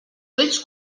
ulls